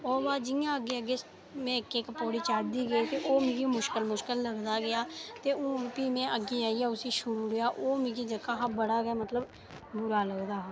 ओह्दे बाद जि'यां अग्गें अग्गें में इक इक पौड़ी चढ़दी गेईं ते ओह् मिगी मुश्कल मुश्कल लगदा गेआ ते हून फ्ही में अग्गें आइयै उसी छोड़ी ओड़ेआ ओह् मिगी बड़ा गै मतलब बुरा लगदा हा